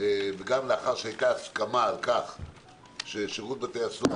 וגם לאחר שהייתה הסכמה על כך ששירות בתי-הסוהר